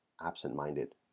Absent-minded